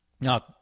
Now